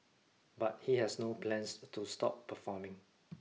but he has no plans to stop performing